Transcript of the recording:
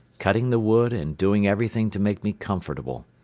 cutting the wood and doing everything to make me comfortable.